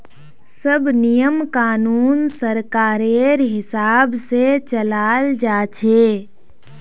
सब नियम कानून सरकारेर हिसाब से चलाल जा छे